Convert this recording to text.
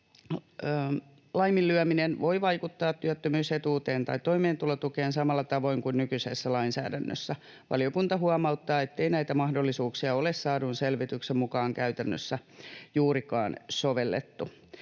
laiminlyöminen voi vaikuttaa työttömyysetuuteen tai toimeentulotukeen samalla tavoin kuin nykyisessä lainsäädännössä. Valiokunta huomauttaa, ettei näitä mahdollisuuksia ole saadun selvityksen mukaan käytännössä juurikaan sovellettu.